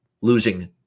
losing